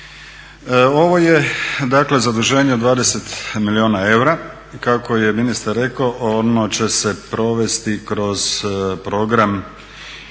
dakle zaduženje od 20 milijuna eura. Kako je ministar rekao ono će se provesti kroz program